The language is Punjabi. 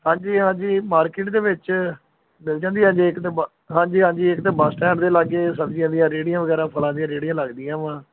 ਹਾਂਜੀ ਹਾਂਜੀ ਮਾਰਕੀਟ ਦੇ ਵਿੱਚ ਮਿਲ ਜਾਂਦੀ ਹੈ ਜੇ ਇੱਕ ਤਾਂ ਬੱ ਹਾਂਜੀ ਹਾਂਜੀ ਇੱਕ ਤਾਂ ਬੱਸ ਸਟੈਂਡ ਦੇ ਲਾਗੇ ਸਬਜ਼ੀਆਂ ਦੀਆਂ ਰੇੜੀਆਂ ਵਗੈਰਾ ਫ਼ਲਾਂ ਦੀਆਂ ਰੇੜੀਆਂ ਲੱਗਦੀਆਂ ਵਾ